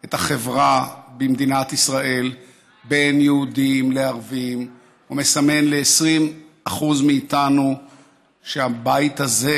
את החברה במדינת ישראל בין יהודים לערבים ומסמן ל-20% מאיתנו שהבית הזה,